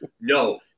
No